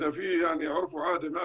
אלא ג׳אהליה (פגניות).